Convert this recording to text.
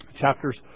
chapters